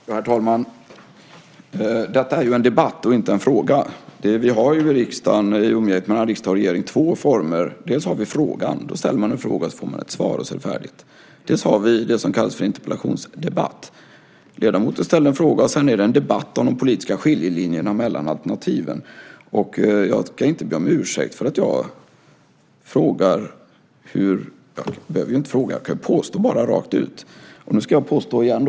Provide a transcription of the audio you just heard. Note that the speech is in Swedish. Herr talman! Detta är en debatt och inte en fråga. Vi har mellan riksdag och regering två former. Dels har vi frågan, där man ställer en skriftlig fråga och får ett svar, och så är det färdigt, dels har vi det som kallas för interpellationsdebatt. Ledamoten ställer en fråga, och sedan är det en debatt om de politiska skiljelinjerna mellan alternativen. Jag ska inte be om ursäkt för att jag frågar eller bara påstår rakt ut. Nu ska jag påstå igen.